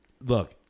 look